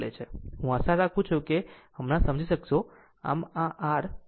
હું આશા રાખું છું કે હમણાં સમજી શકશો આમ આ r P jQ છે